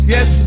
Yes